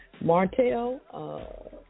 Martell